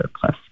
plus